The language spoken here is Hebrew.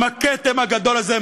עם הכתם הגדול הזה.